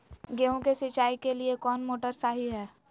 गेंहू के सिंचाई के लिए कौन मोटर शाही हाय?